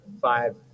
five